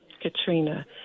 Katrina